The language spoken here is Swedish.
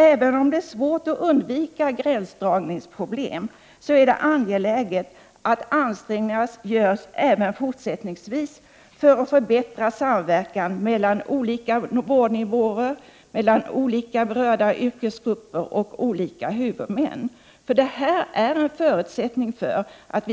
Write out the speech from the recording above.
Även om det är svårt att undvika gränsdragningsproblem så är det angeläget att ansträngningar görs även fortsättningsvis för att förbättra samverkan mellan olika vårdnivåer, olika berörda yrkesgrupper och olika huvudmän. Detta är en nödvändig förutsättning för att